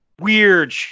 weird